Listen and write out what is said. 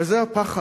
וזה הפחד.